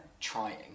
trying